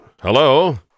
Hello